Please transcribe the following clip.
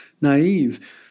naive